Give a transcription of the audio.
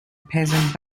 peasant